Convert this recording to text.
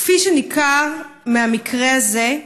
כפי שניכר מהמקרה הזה,